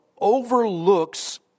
overlooks